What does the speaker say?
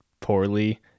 poorly